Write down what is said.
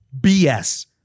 BS